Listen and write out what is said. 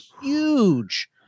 huge